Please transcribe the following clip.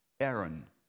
Aaron